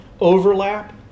overlap